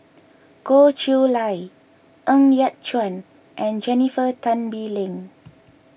Goh Chiew Lye Ng Yat Chuan and Jennifer Tan Bee Leng